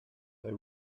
they